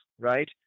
Right